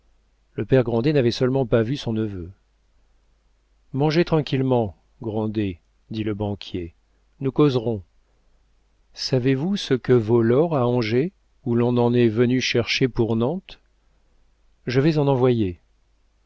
le père grandet n'avait seulement pas vu son neveu mangez tranquillement grandet dit le banquier nous causerons savez-vous ce que vaut l'or à angers où l'on en est venu chercher pour nantes je vais en envoyer